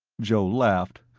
joe laughed.